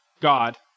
God